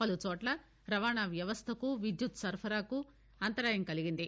పలు చోట్ల రవాణా వ్యవస్లకు విద్యుత్ సరఫరాకు అంతరాయం కలిగింది